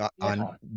on